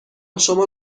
شما